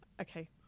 okay